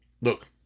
look